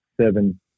seven